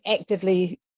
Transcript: actively